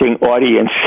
audience